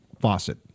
faucet